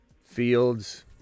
Fields